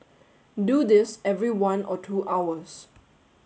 do this every one or two hours